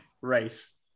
race